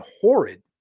horrid